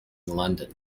london